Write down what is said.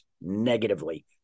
negatively